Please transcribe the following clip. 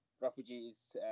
refugees